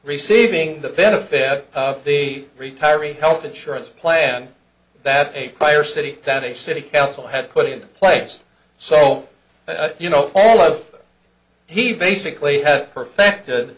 receiving the benefit the retiree health insurance plan that a fire city that a city council had put into place so you know all of he basically had perfected